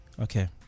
okay